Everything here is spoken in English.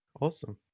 Awesome